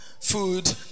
food